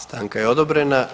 Stanka je odobrena.